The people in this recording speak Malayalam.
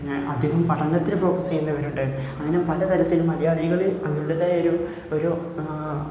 ഞാൻ അധികം പഠനത്തിൽ ഫോക്കസ് ചെയ്യുന്നവരുണ്ട് അങ്ങനെ പലതരത്തിൽ മലയാളികളെ അവരുടെതായ ഒരു ഒരു